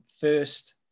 first